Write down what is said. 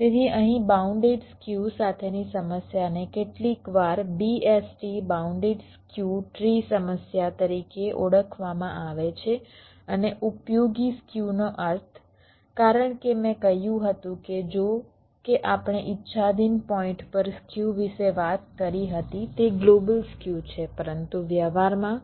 તેથી અહીં bounded skew સાથેની સમસ્યાને કેટલીકવાર BST બાઉન્ડેડ સ્ક્યુ ટ્રી સમસ્યા તરીકે ઓળખવામાં આવે છે અને ઉપયોગી સ્ક્યુનો અર્થ કારણ કે મેં કહ્યું હતું કે જો કે આપણે ઇચ્છાધીન પોઇન્ટ પર સ્ક્યુ વિશે વાત કરી હતી તે ગ્લોબલ સ્ક્યુ છે પરંતુ વ્યવહારમાં